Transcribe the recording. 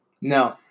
No